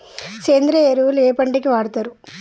సేంద్రీయ ఎరువులు ఏ పంట కి వాడుతరు?